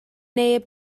neb